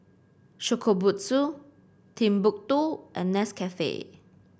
Shokubutsu Timbuk two and Nescafe